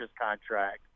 contract